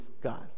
God